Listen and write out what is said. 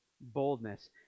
boldness